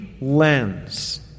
lens